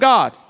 God